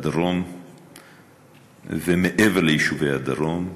הדרום ומעבר ליישובי הדרום.